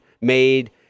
made